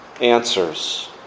answers